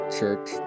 Church